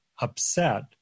upset